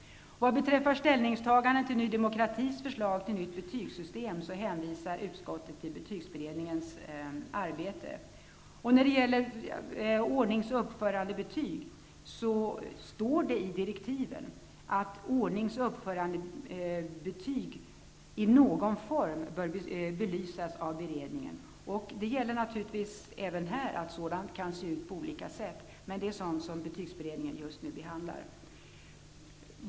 Vad beträffar ställningstaganden till Ny demokratis förslag till nytt betygssystem hänvisar utskottet till betygsutredningens arbete. När det gäller ordningsoch uppförandebetyg står det i direktiven att sådana betyg i någon form bör belysas av beredningen. Det gäller naturligtvis även här att betyg kan se ut på olika sätt, men det är sådant som betygsberedningen just nu behandlar.